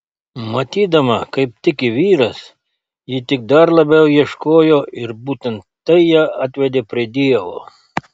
matydama kaip tiki vyras ji tik dar labiau ieškojo ir būtent tai ją atvedė prie dievo